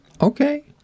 Okay